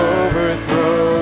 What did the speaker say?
overthrow